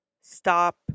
Stop